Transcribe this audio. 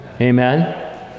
Amen